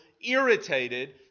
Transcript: irritated